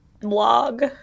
blog